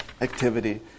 activity